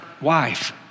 wife